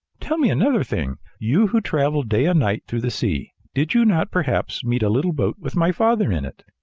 tell me another thing. you who travel day and night through the sea, did you not perhaps meet a little boat with my father in it?